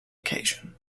occasion